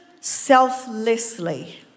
selflessly